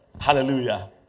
Hallelujah